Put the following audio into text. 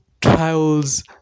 trials